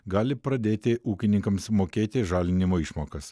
gali pradėti ūkininkams mokėti žalinimo išmokas